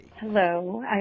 hello